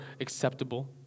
acceptable